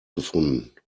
gefunden